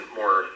more